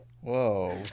Whoa